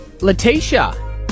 Letitia